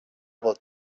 will